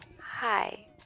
Hi